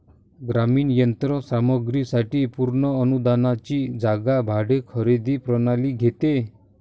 ग्रामीण यंत्र सामग्री साठी पूर्ण अनुदानाची जागा भाडे खरेदी प्रणाली घेते